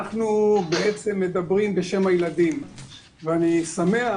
אנחנו מדברים בשם הילדים ואני שמח,